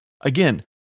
Again